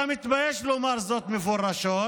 אתה מתבייש לומר זאת מפורשות,